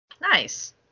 Nice